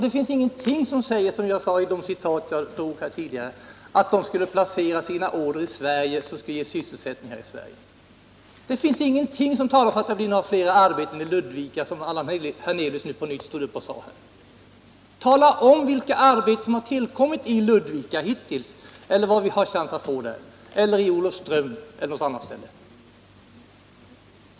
Det finns, som jag sade, ingenting i de citat jag anförde tidigare som säger att dessa företag skulle placera sina order i Sverige och på det sättet bidra till sysselsättningen här. Ingenting talar för att det blir fler arbeten i Ludvika, vilket Allan Hernelius på nytt stod upp och hävdade att det blir. Tala om vilka arbeten vi har fått i Ludvika hittills eller vilka vi har chans att få där, i Olofström eller på något annat ställe!